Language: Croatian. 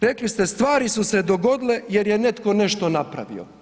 Rekli ste stvari su se dogodile jer je netko nešto napravio.